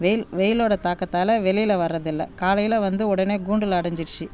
வெயில் வெயிலோட தாக்கத்தால் வெளியில வர்றதில்லை காலையில் வந்து உடனே கூண்டில் அடைஞ்சிடுச்சி